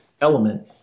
element